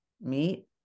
meet